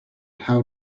how